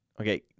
okay